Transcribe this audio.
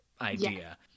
idea